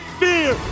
fear